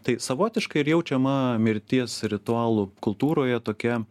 tai savotiškai ir jaučiama mirties ritualų kultūroje tokia